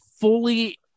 fully